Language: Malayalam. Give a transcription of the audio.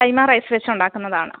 കൈമാ റൈസ് വെച്ച് ഉണ്ടാക്കുന്നതാണ്